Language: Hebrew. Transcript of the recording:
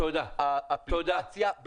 האפליקציה,